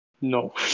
No